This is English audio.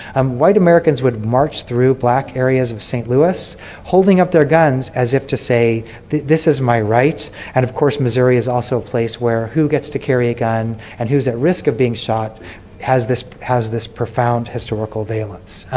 um white americans would march through black areas of st. louis holding up their guns as if to say this is my right. and of course missouri is also a place where who gets to carry a gun and who's at risk of being shot has this has this profound historical valence.